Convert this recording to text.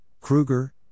Kruger